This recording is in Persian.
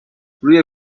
روی